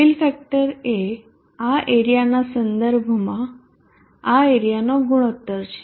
feel factor એ આ એરીયાના સંદર્ભમાં આ એરીયાનો ગુણોત્તર છે